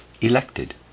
elected